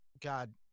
God